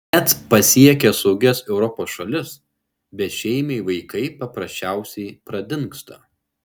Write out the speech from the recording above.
net pasiekę saugias europos šalis bešeimiai vaikai paprasčiausiai pradingsta